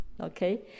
Okay